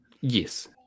Yes